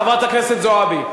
חברת הכנסת זועבי,